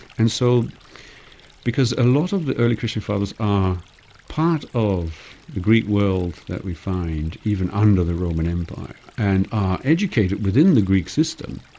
and so because a lot of early christian fathers are part of the greek world that we find even under the roman empire, and are educated within the greek system,